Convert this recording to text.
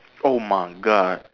oh my god